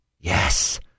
Yes